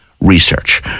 research